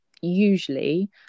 usually